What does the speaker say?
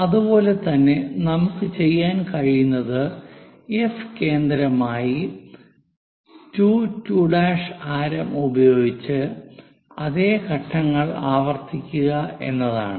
അതുപോലെ തന്നെ നമുക്ക് ചെയ്യാൻ കഴിയുന്നത് എഫ് കേന്ദ്രമായി 2 2' ആരം ഉപയോഗിച്ച് അതേ ഘട്ടങ്ങൾ ആവർത്തിക്കുക എന്നതാണ്